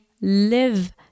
live